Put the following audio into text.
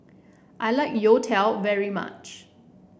I like youtiao very much